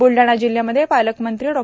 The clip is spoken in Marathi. ब्लडाणा जिल्हयामध्ये पालकमंत्री डॉ